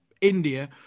India